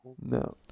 no